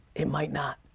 it might not.